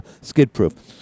skid-proof